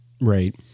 Right